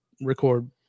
record